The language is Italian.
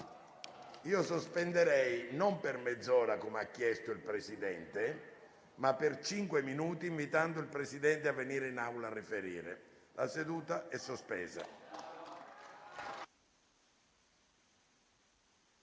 Io sospenderei non per mezz'ora, come ha chiesto il presidente Pesco, ma per cinque minuti, invitando il Presidente a venire in Aula a riferire. La seduta è sospesa.